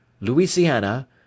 Louisiana